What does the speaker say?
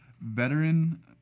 veteran